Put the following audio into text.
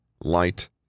light